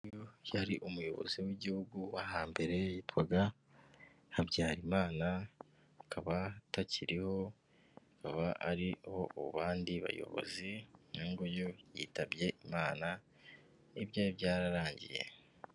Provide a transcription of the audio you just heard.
Uyu nguyu yari umuyobozi w'igihugu w'aha mbere yitwaga Habyarimana, akaba atakiriho hakaba hariho abandi bayobozi, uyu nguyu yitabye Imana, ibye byararangiye.